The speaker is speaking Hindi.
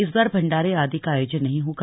इस बार भंडारे आदि का आयोजन नहीं होगा